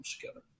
together